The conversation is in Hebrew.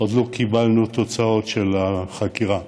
עוד לא קיבלנו תוצאות של החקירה,